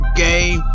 game